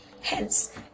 hence